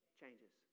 changes